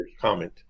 comment